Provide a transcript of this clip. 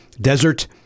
desert